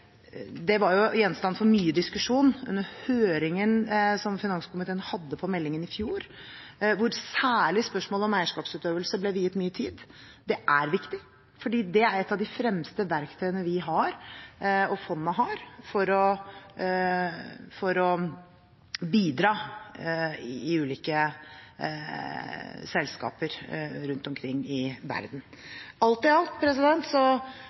Det var gjenstand for mye diskusjon under høringen som finanskomiteen hadde om meldingen i fjor, hvor særlig spørsmål om eierskapsutøvelse ble viet mye tid. Det er viktig, for det er et av de fremste verktøyene vi har, og fondet har, for å bidra i ulike selskaper rundt omkring i verden. Alt i alt